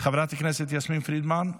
חברת הכנסת יסמין פרידמן,